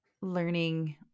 learning